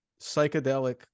psychedelic